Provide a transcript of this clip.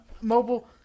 Mobile